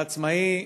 העצמאי,